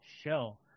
show